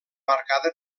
marcada